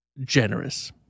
generous